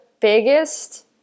biggest